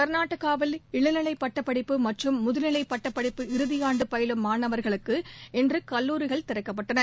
கர்நாடகாவில் இளநிலைபட்டப்படிப்பு மற்றும் முதுநிலைபட்டப்படிப்பு இறுதிஆண்டுபயிலும் மாணவர்களுக்கு இன்றுகல்லூரிகள் திறக்கப்பட்டன